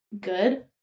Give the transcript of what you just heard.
good